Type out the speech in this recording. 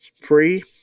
free